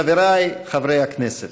חבריי חברי הכנסת,